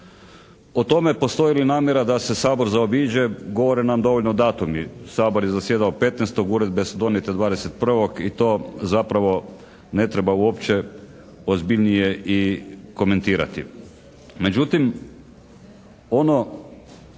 Po tome postoji li namjera da se Sabor zaobiđe govore nam dovoljno datumi. Sabor je zasjedao 15., uredbe su donijete 21. i to zapravo ne treba uopće ozbiljnije i komentirati. Međutim, ono